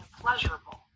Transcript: pleasurable